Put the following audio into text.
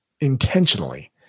intentionally